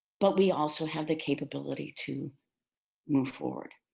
but we also have the capability to move forward.